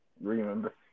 remember